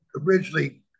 originally